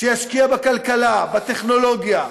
שישקיע בכלכלה, בטכנולוגיה,